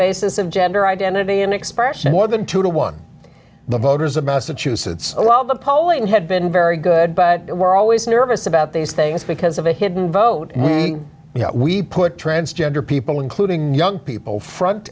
basis of gender identity and expression more than two to one the voters of massachusetts a lot of the polling had been very good but we're always nervous about these things because of a hidden vote you know we put transgender people including young people front